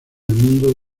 mundo